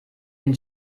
den